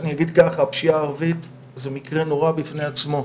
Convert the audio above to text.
אני אגיד ככה: הפשיעה הערבית זה מקרה נורא בפני עצמו.